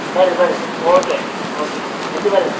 ಬನ್ರಿ ಬನ್ರಿ okay okay ಜಲ್ದಿ ಬನ್ರಿ